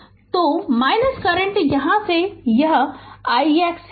Refer Slide Time 1715 तो current यहाँ से यह यह ix है